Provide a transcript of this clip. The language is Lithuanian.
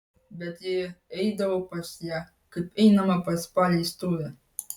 bet jie eidavo pas ją kaip einama pas paleistuvę